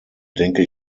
denke